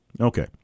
Okay